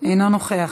איננו נוכח.